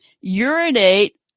urinate